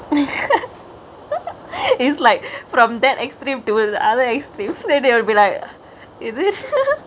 is like from that extreme to the other extreme then they would be like is it